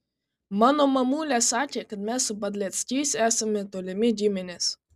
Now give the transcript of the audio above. mano mamulė sakė kad mes su padleckiais esame tolimi giminės